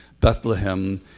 Bethlehem